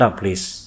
please